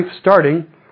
starting